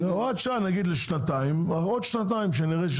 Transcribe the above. הוראת שעה נגיד לשנתיים, יעברו שנתיים שנראה את